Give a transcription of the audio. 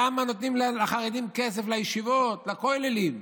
למה נותנים לחרדים כסף לישיבות, לכוללים?